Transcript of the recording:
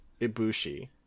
ibushi